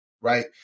Right